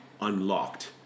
unlocked